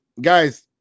guys